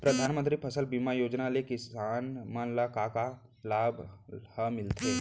परधानमंतरी फसल बीमा योजना ले किसान मन ला का का लाभ ह मिलथे?